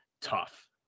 tough